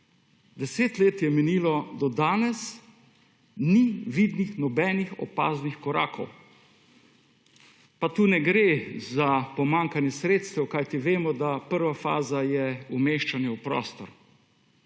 deset let je minilo, do danes ni vidnih nobenih opaznih korakov, pa tukaj ne gre za pomanjkanje sredstev, kajti vemo, da prva faza je umeščanje v prostor.